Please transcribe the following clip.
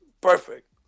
perfect